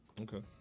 Okay